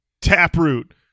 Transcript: taproot